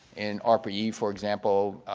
in arpa-e, yeah for example,